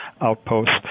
outposts